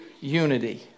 unity